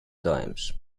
times